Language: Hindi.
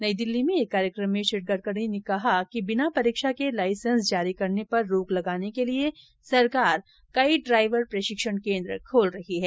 नई दिल्ली में एक कार्यक्रम में श्री गडकरी ने कहा कि बिना परीक्षा के लाइसेंस जारी करने पर रोक लगाने के लिए सरकार कई ड्राइवर प्रशिक्षण केन्द्र खोल रही है